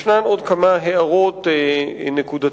יש עוד כמה הערות נקודתיות,